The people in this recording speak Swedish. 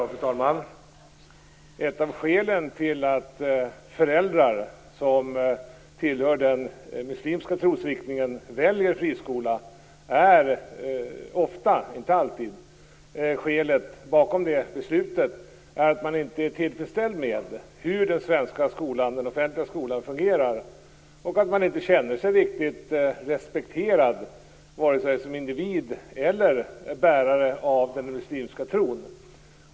Fru talman! Ett skäl till att föräldrar som tillhör den muslimska trosriktningen väljer friskolor är ofta - men inte alltid - att man inte är tillfredsställd med hur den offentliga svenska skolan fungerar. Man känner sig inte riktigt respekterad varken som individ eller som bärare av den muslimska tron.